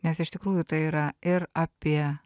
nes iš tikrųjų tai yra ir apie